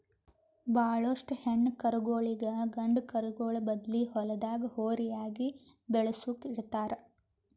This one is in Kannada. ಭಾಳೋಷ್ಟು ಹೆಣ್ಣ್ ಕರುಗೋಳಿಗ್ ಗಂಡ ಕರುಗೋಳ್ ಬದ್ಲಿ ಹೊಲ್ದಾಗ ಹೋರಿಯಾಗಿ ಬೆಳಸುಕ್ ಇಡ್ತಾರ್